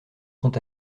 sont